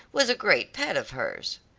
was a great pet of hers.